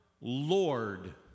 Lord